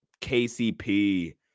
KCP